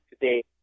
today